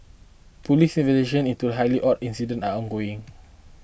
police investigations into highly odd incident are ongoing